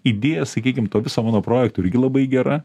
idėja sakykim to viso mano projekto irgi labai gera